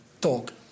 talk